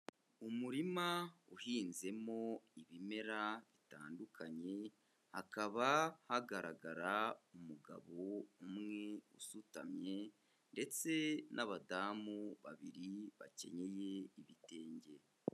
Umurima uhinzemo ibimera bitandukanye, hakaba hagaragara umugabo umwe usutamye ndetse n'abadamu babiri bakenyeye ibitenge.